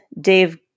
Dave